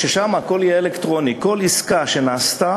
ששם הכול יהיה אלקטרוני: כל עסקה שנעשתה,